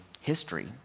history